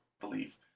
believe